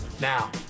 Now